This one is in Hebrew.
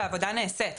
והעבודה נעשית.